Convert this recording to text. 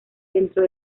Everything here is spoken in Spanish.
dentro